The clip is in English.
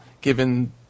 given